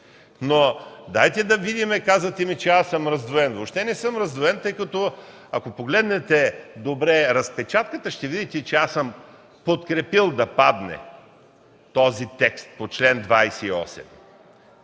добри специалисти. Казвате ми, че съм раздвоен. Въобще не съм раздвоен. Ако погледнете добре разпечатката, ще видите, че аз съм подкрепил да падне този текст в чл. 28.